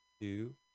two